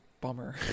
bummer